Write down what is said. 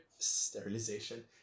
sterilization